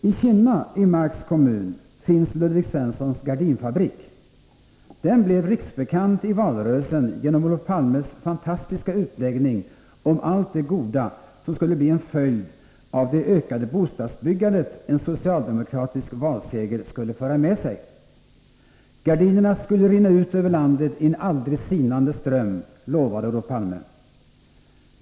I Kinna i Marks kommun finns Ludvig Svenssons gardinfabrik. Den blev riksbekant i valrörelsen genom Olof Palmes fantastiska utläggning om allt det goda som skulle bli en följd av det ökade bostadsbyggande som en socialdemokratisk valseger skulle föra med sig. Gardinerna skulle rinna ut över landet i en aldrig sinande ström, lovade Olof Palme.